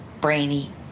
brainy